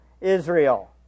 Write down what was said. Israel